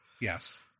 yes